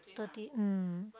thirty mm